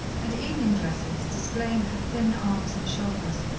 and evening dresses, displaying her thin arms and shoulders,